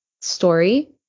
story